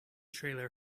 trailer